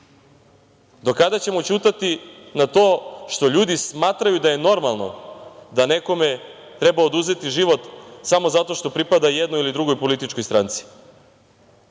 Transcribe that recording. Do kada ćemo ćutati na to što ljudi smatraju da je normalno da nekome treba oduzeti život samo zato što pripada jednoj ili drugoj političkoj stranci?